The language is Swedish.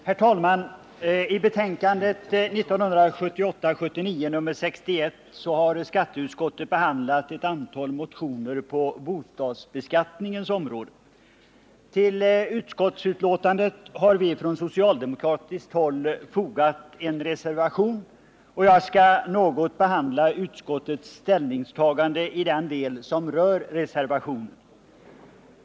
Herr talman! I betänkandet 1978/79:61 har skatteutskottet behandlat ett antal motioner på bostadsbeskattningens område. Till utskottsbetänkandet har vi från socialdemokratiskt håll fogat en reservation, och jag skall något behandla utskottets ställningstagande i den del som rör reservationen.